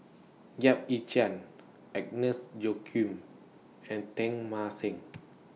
Yap Ee Chian Agnes Joaquim and Teng Mah Seng